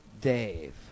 Dave